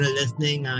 listening